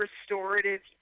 restorative